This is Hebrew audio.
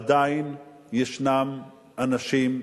עדיין ישנם אנשים,